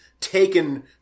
taken